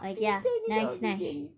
okay ah nice nice